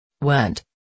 went